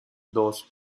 dos